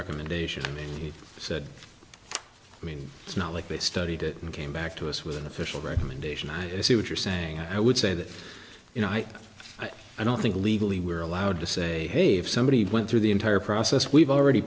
asia he said i mean it's not like they studied it and came back to us with an official recommendation i see what you're saying and i would say that you know i i i don't think legally we're allowed to say hey if somebody went through the entire process we've already